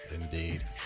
Indeed